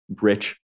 rich